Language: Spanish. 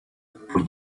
por